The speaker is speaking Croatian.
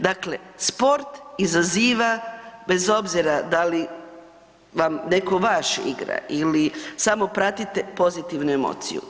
Dakle sport izaziva bez obzira da li vam netko vaš igra ili samo pratite, pozitivnu emociju.